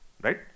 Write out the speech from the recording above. Right